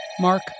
Mark